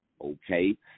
okay